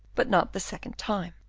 but not the second time.